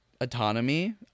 autonomy